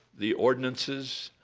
the ordinances,